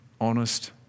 honest